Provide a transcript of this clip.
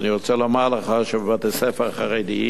ואני רוצה לומר לך שבבתי-הספר החרדיים,